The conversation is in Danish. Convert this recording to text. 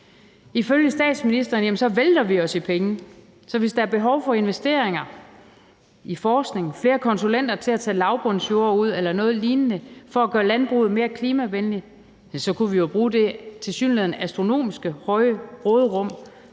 Ifølge statsministeren vælter vi os i penge, så hvis der er behov for investeringer i forskning og til flere konsulenter til at tage lavbundsjorder ud eller lignende for at gøre landbruget mere klimavenligt, kunne vi jo bruge det tilsyneladende astronomisk høje råderum,